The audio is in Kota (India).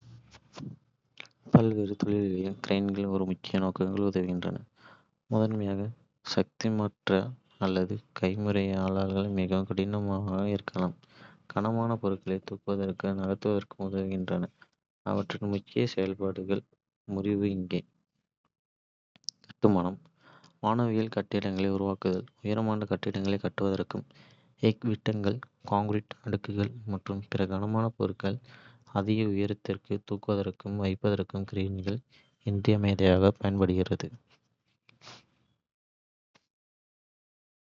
பல்வேறு தொழில்களில் கிரேன்கள் ஒரு முக்கிய நோக்கத்திற்கு உதவுகின்றன, முதன்மையாக சாத்தியமற்றவை அல்லது கைமுறையாக கையாள மிகவும் கடினமாக இருக்கும் கனமான பொருட்களை தூக்குவதற்கும் நகர்த்துவதற்கும் உதவுகின்றன. அவற்றின் முக்கிய செயல்பாடுகளின் முறிவு இங்கே: கட்டுமானம். வானளாவிய கட்டிடங்களை உருவாக்குதல் உயரமான கட்டிடங்களைக் கட்டுவதற்கும், எஃகு விட்டங்கள், கான்கிரீட் அடுக்குகள் மற்றும் பிற கனமான பொருட்களை அதிக உயரத்திற்கு தூக்குவதற்கும் வைப்பதற்கும் கிரேன்கள் இன்றியமையாதவை.